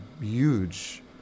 huge